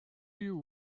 you